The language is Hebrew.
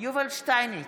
יובל שטייניץ,